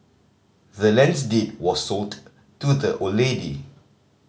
the land's deed was sold to the old lady